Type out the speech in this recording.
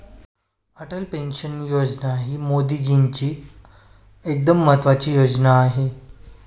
Atal pension Yojana ही मोदीजींची एकदम महत्त्वाची योजना आहे